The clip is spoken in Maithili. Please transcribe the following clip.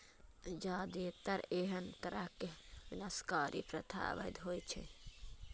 जादेतर एहन तरहक विनाशकारी प्रथा अवैध होइ छै